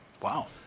Wow